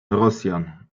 rosjan